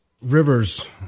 Rivers